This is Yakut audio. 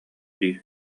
дии